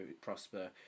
Prosper